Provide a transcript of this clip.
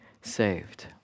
saved